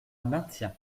maintiens